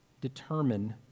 determine